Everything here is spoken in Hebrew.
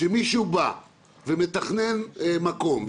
כשמישהו בא ומתכנן מקום,